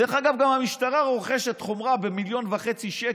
דרך אגב, המשטרה גם רוכשת חומרה ב-1.5 מיליון שקל